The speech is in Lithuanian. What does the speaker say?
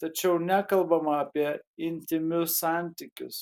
tačiau nekalbama apie intymius santykius